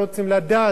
ואין להם את זה.